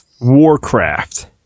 Warcraft